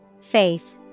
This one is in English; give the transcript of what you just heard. Faith